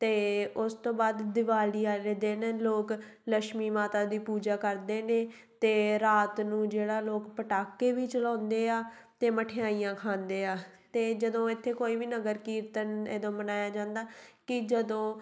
ਅਤੇ ਉਸ ਤੋਂ ਬਾਅਦ ਦੀਵਾਲੀ ਵਾਲੇ ਦਿਨ ਲੋਕ ਲਛਮੀ ਮਾਤਾ ਦੀ ਪੂਜਾ ਕਰਦੇ ਨੇ ਅਤੇ ਰਾਤ ਨੂੰ ਜਿਹੜਾ ਲੋਕ ਪਟਾਕੇ ਵੀ ਚਲਾਉਂਦੇ ਆ ਅਤੇ ਮਠਿਆਈਆਂ ਖਾਂਦੇ ਆ ਅਤੇ ਜਦੋਂ ਇੱਥੇ ਕੋਈ ਵੀ ਨਗਰ ਕੀਰਤਨ ਜਦੋਂ ਮਨਾਇਆ ਜਾਂਦਾ ਕਿ ਜਦੋਂ